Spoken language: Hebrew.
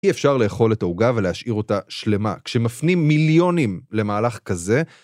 אי אפשר לאכול את העוגה ולהשאיר אותה שלמה. כשמפנים מיליונים למהלך כזה,